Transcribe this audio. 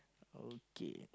okay